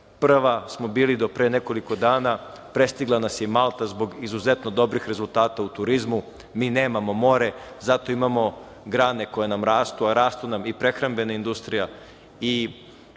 prva smo bili do pre nekoliko dana, prestigla nas je i Malta, zbog izuzetno dobrih rezultata u turizmu. Mi nemamo more, zato imamo grane koje nam rastu, a rastu nam i prehrambena industrija